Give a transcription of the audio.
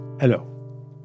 Hello